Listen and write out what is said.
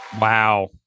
Wow